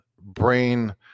brain